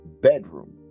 bedroom